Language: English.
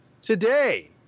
today